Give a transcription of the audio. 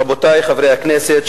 רבותי חברי הכנסת,